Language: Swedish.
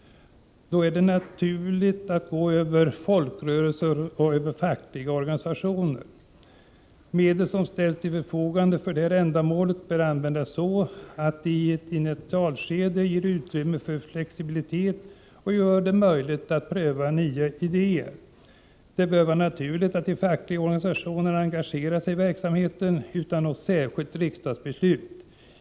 Då är det naturligt att gå via folkrörelser och fackliga organisationer. Medel som ställs till förfogande för detta ändamål bör användas så, att de i ett initialskede ger utrymme för flexibilitet och gör det möjligt att pröva nya idéer. Det bör vara naturligt att de fackliga organisationerna engagerar sig i verksamheten, utan något särskilt riksdagsbeslut.